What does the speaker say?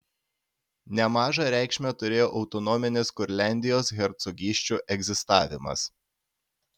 nemažą reikšmę turėjo autonominės kurliandijos hercogysčių egzistavimas